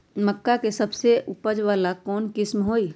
मक्का के सबसे अच्छा उपज वाला कौन किस्म होई?